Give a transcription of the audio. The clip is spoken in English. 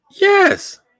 Yes